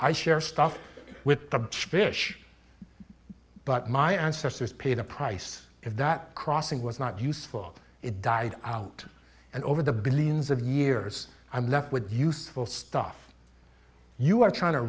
i share stuff with the spirit but my ancestors paid a price if that crossing was not useful it died out and over the billions of years i'm left with useful stuff you are trying to